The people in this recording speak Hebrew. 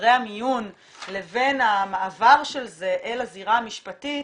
וחדרי המיון לבין המעבר של זה אל הזירה המשפטית,